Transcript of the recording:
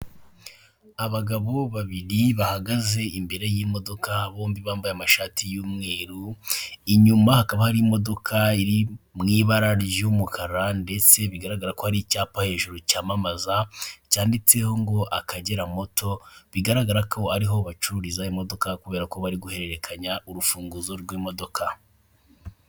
Abagabo babiri bahagaze imbere y'imodoka bombi bambaye amashati y'umweru, inyuma hakaba hari imodoka iri mu ibara ry'umukara ndetse bigaragara ko ari icyapa hejuru cyamamaza cyanditseho ngo akagera moto, bigaragara ko ariho bacururiza imodoka kubera ko bari guhererekanya urufunguzo rw'imodoka.